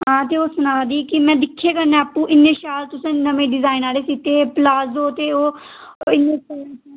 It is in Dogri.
हां ते ओह् सनाऽ दी ही कि में दिक्खे कन्नै आपूं इन्ने शैल तुसें नमें डिजाइन आह्ले सीते प्लाजो ते ओह् इ'यां